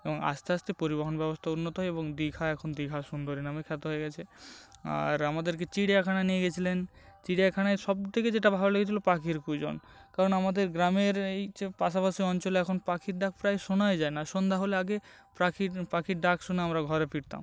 এবং আস্তে আস্তে পরিবহণ ব্যবস্থা উন্নত হয় এবং দিঘা এখন দিঘা সুন্দরী নামে খ্যাত হয়ে গিয়েছে আর আমাদেরকে চিড়িয়াখানা নিয়ে গিয়েছিলেন চিড়িয়াখানায় সবথেকে যেটা ভালো লেগেছিল পাখির কূজন কারণ আমাদের গ্রামের এই যে পাশাপাশি অঞ্চলে এখন পাখির ডাক প্রায় শোনাই যায় না সন্ধ্যা হলে আগে পাখির পাখির ডাক শুনে আমরা ঘরে ফিরতাম